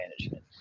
management